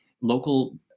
local